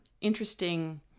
interesting